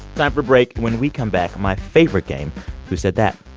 time for a break. when we come back, my favorite game who said that?